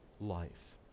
life